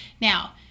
Now